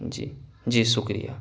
جی جی شکریہ